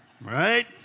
Right